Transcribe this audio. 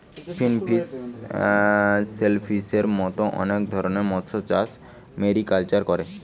finfish, শেলফিসের মত অনেক রকমের মৎস্যচাষ মেরিকালচারে করে